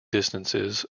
distances